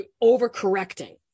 over-correcting